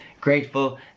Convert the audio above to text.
grateful